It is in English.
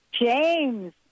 James